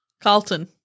Carlton